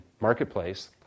Marketplace